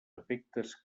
efectes